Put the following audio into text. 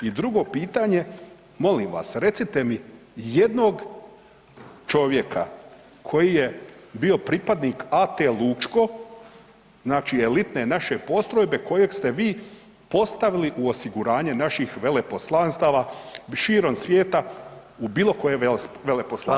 I drugo pitanje, molim vas recite mi jednog čovjeka koji je bio pripadnik AT Lučko, znači elitne naše postrojbe kojeg ste vi postavili u osiguranje naših veleposlanstava širom svijeta u bilo koje veleposlanstvo?